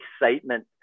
excitement